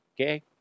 Okay